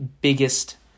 biggest